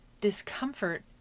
discomfort